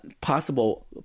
possible